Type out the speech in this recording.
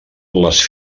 les